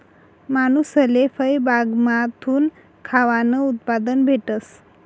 मानूसले फयबागमाथून खावानं उत्पादन भेटस